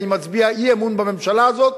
אני מצביע אי-אמון בממשלה הזאת,